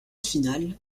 finale